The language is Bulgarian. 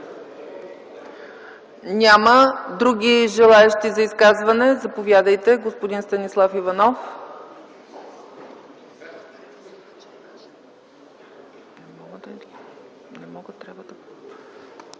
Няма. Други желаещи за изказвания? Заповядайте, господин Станислав Иванов.